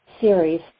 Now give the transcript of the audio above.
series